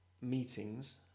meetings